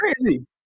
Crazy